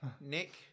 Nick